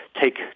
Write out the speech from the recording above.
take